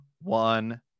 one